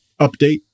update